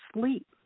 sleep